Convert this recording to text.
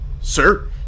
Sir